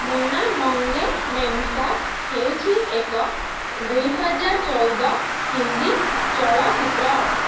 ମୁନ୍ନା ମଙ୍ଗେ ମେମସାବ ହେଉଛି ଏକ ଦୁଇହଜାର ଚଉଦ ହିନ୍ଦୀ ଚଳଚ୍ଚିତ୍ର